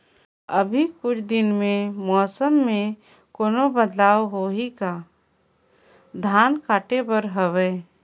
अभी कुछ दिन मे मौसम मे कोनो बदलाव होही का? धान काटे बर हवय?